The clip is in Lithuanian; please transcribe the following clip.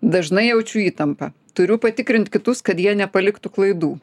dažnai jaučiu įtampą turiu patikrint kitus kad jie nepaliktų klaidų